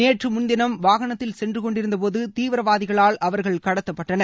நேற்று முன்தினம் வாகனத்தில் சென்று கொண்டிருந்தபோது தீவிரவாதிகளால் அவர்கள் கடத்தப்பட்டனர்